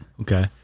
Okay